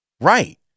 Right